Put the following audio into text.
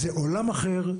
זה עולם אחר,